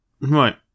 right